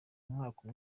mwaka